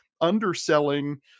underselling